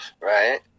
Right